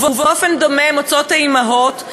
ובאופן דומה מוצאות האימהות,